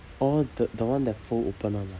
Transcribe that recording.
orh the the one that fold open [one] ah